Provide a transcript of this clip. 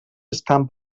estan